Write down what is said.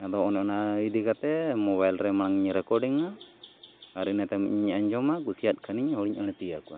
ᱟᱫᱚ ᱚᱱᱮ ᱚᱱᱟ ᱤᱫᱤ ᱠᱟᱛᱮᱫ ᱢᱳᱵᱟᱭᱤᱞ ᱨᱮᱢᱟᱧ ᱨᱮᱠᱚᱰᱤᱝᱼᱟ ᱟᱨ ᱤᱱᱟᱹ ᱛᱟᱭᱚᱢ ᱤᱧ ᱟᱸᱡᱚᱢᱟ ᱠᱩᱥᱤᱭᱟᱜ ᱠᱷᱟᱱᱤᱧ ᱦᱚᱲᱤᱧ ᱟᱹᱲᱛᱤ ᱟᱠᱚᱣᱟ